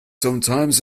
sometimes